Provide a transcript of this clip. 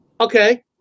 Okay